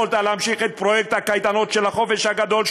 יכולת להמשיך את פרויקט הקייטנות של החופש הגדול,